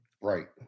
Right